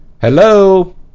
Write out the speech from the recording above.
Hello